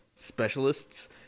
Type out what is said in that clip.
specialists